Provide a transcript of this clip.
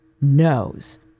knows